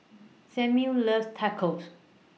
Samir loves Tacos